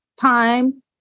time